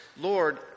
Lord